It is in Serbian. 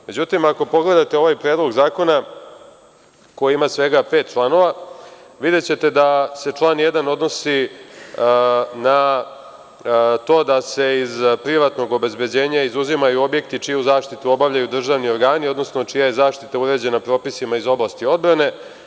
Međutim, ako pogledate ovaj Predlog zakona koji ima svega pet članova, videćete da se član 1. odnosi na to da se iz privatnog obezbeđenja izuzimaju objekti čiju zaštitu obavljaju državni organi, odnosno čija je zaštita uređena propisima iz oblasti odbrane.